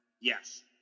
Yes